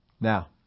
Now